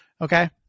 Okay